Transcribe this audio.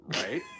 Right